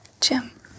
jim